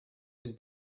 was